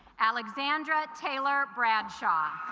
alexandra taylor bradshaw